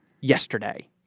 yesterday